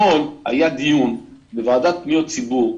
אתמול היה דיון בוועדה לפניות ציבור.